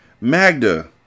Magda